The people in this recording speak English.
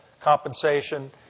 compensation